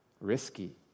risky